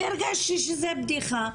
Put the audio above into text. כי הרגשתי שזו בדיחה.